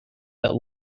that